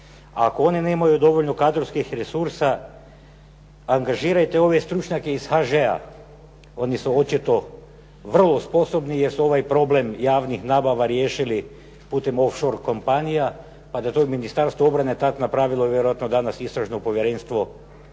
ako one nemaju dovoljno kadrovskih resursa angažirajte ove stručnjake iz HŽ-a oni su očito vrlo sposobni jer su ovaj problem javnih nabava riješili putem offshor kompanija, pa da je to i Ministarstvo obrane tad napravilo vjerojatno danas istražno povjerenstvo